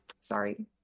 Sorry